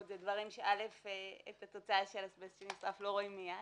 ודברים שאת התוצאה של אזבסט שנשרף לא רואים מייד,